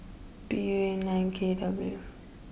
P U A nine K W